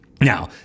Now